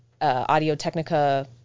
Audio-Technica